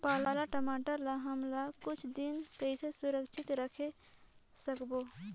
पाला टमाटर ला हमन कुछ दिन कइसे सुरक्षित रखे सकबो?